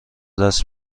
دست